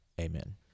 Amen